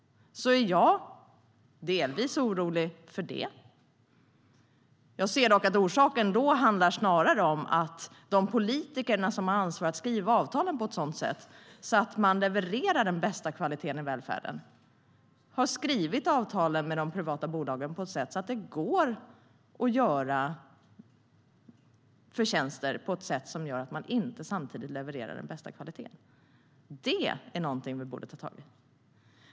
Även jag är delvis orolig för detta. Jag ser dock att orsaken då snarare är att de politiker som har ansvar för att skriva avtalen på ett sådant sätt att de ska leverera den bästa kvaliteten i välfärden i stället har skrivit avtalen med de privata bolagen på ett sätt som gör att det går att göra förtjänster och samtidigt inte leverera den bästa kvaliteten. Det är någonting vi borde ta tag i.